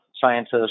scientists